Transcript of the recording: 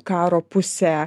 karo pusę